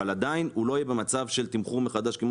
אבל עדיין הוא לא יהיה במצב של תמחור מחדש כמו